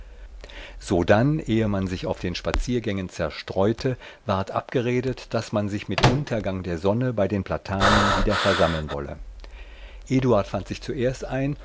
sodann ehe man sich auf den spaziergängen zerstreute ward abgeredet daß man sich mit untergang der sonne bei den platanen wieder versammeln wolle eduard fand sich zuerst ein